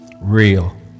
real